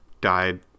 died